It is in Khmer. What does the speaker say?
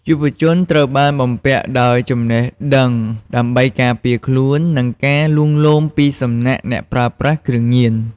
យុវជនត្រូវបានបំពាក់ដោយចំណេះដឹងដើម្បីការពារខ្លួន ពីការលួងលោមពីសំណាក់អ្នកប្រើប្រាស់គ្រឿងញៀន។